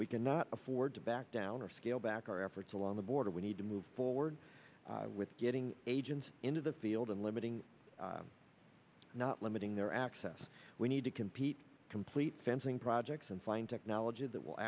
we cannot afford to back down or scale back our efforts along the border we need to move forward with getting agents into the field and limiting not limiting their access we need to compete complete fencing projects and find technology that will